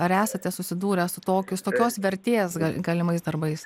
ar esate susidūrę su tokiu tokios vertės galimais darbais